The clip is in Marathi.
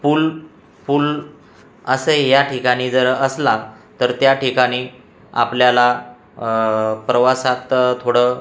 पूल पूल असं या ठिकाणी जर असला तर त्या ठिकाणी आपल्याला प्रवासात थोडं